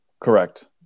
Correct